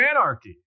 Anarchy